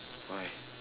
why